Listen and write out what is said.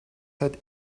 hat